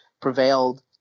prevailed